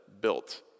built